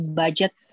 budget